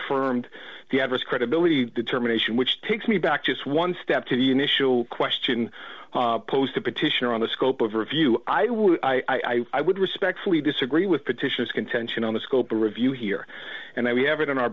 affirmed the adverse credibility determination which takes me back just one step to the initial question posed to petitioner on the scope of review i would i i would respectfully disagree with petitions contention on the scope or review here and i we have in our